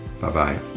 Bye-bye